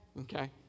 Okay